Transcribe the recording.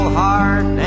heart